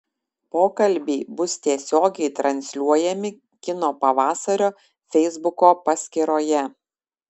pokalbiai bus tiesiogiai transliuojami kino pavasario feisbuko paskyroje